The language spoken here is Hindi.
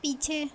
पीछे